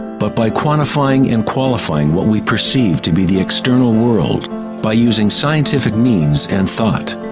but by quantifying and qualifying what we perceive to be the external world by using scientific means and thought.